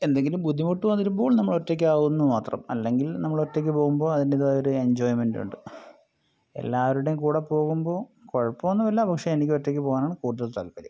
എന്തെങ്കിലും ബുദ്ധിമുട്ട് വരുമ്പോൾ നമ്മൾ ഒറ്റയ്ക്ക് ആകുമെന്ന് മാത്രം അല്ലെങ്കിൽ നമ്മളൊറ്റയ്ക്ക് പോകുമ്പോൾ അതിൻറ്റേതായൊര് എൻജോയ്മെന്റ് എല്ലാവരുടെയും കൂടെ പോകുമ്പോൾ കുഴപ്പം ഒന്നും ഇല്ല പക്ഷെ എനിക്ക് ഒറ്റക്ക് പോകാനാണ് കൂടുതൽ താല്പര്യം